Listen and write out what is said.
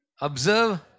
observe